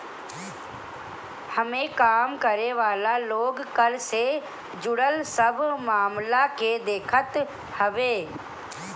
इमें काम करे वाला लोग कर से जुड़ल सब मामला के देखत हवे